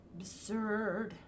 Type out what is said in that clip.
Absurd